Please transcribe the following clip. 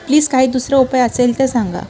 please काही दुसरा उपाय असेल तर सांगा